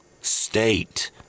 state